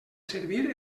servir